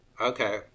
Okay